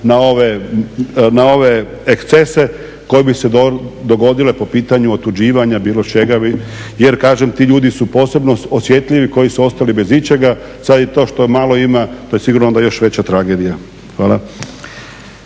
na ove ekscese koje bi se dogodile po pitanju otuđivanja, bilo čega jer kažem ti ljudi su posebno osjetljivi koji su ostali bez ičega. Sad i to što malo ima to je sigurno onda još veća tragedija. Hvala.